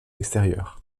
extérieur